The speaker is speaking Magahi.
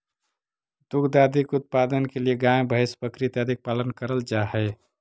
दुग्ध आदि के उत्पादन के लिए गाय भैंस बकरी इत्यादि का पालन करल जा हई